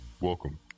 Welcome